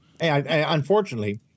Unfortunately